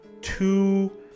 two